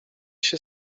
się